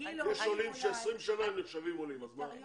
יש עולים ש-20 שנה הם נחשבים עולים, אז מה?